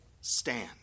stand